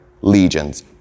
legions